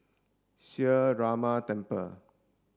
Sree Ramar Temple